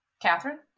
Catherine